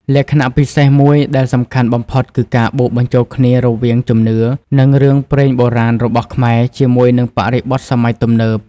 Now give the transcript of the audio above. លក្ខណៈពិសេសមួយដែលសំខាន់បំផុតគឺការបូកបញ្ចូលគ្នារវាងជំនឿ និងរឿងព្រេងបុរាណរបស់ខ្មែរជាមួយនឹងបរិបទសម័យទំនើប។